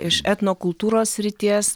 iš etnokultūros srities